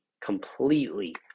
completely